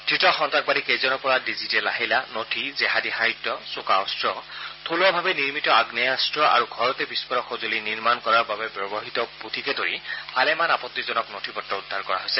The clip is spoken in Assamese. ধৃত সন্তাসবাদীকেইজনৰ পৰা ডিজিটেল আহিলা নথি জেহাদী সাহিত্য চোকা অস্ত্ৰ থলুৱাভাৱে নিৰ্মিত আগ্নেয়াস্থ আৰু ঘৰতে বিস্ফোৰক সঁজুলী নিৰ্মাণ কৰাৰ বাবে ব্যৱহ্মত পুথিকে ধৰি ভালেমান আপত্তিজনক নথি পত্ৰ জন্দ কৰা হৈছে